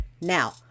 Now